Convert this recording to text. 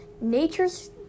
nature's